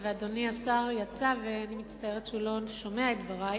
ואדוני השר יצא ואני מצטערת שהוא לא שומע את דברי,